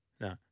no